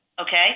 Okay